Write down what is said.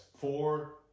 four